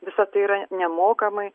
visa tai yra nemokamai